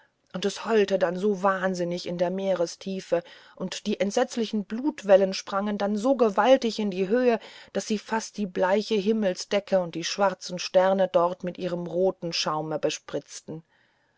und es heulte dann wie wahnsinnig in der meerestiefe und die entsetzten blutwellen sprangen dann so gewaltig in die höhe daß sie fast die bleiche himmelsdecke und die schwarzen sterne dort mit ihrem roten schaume bespritzten